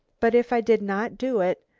but if i did not do it,